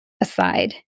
aside